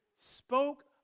spoke